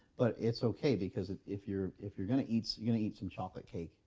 but it's okay because if you're if you're going to eat you know eat some chocolate cake,